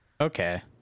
Okay